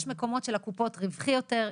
יש מקומות שלקופות רווחי יותר,